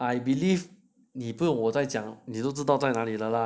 I believe 你不用我在讲你都知道在哪里的啦